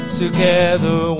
together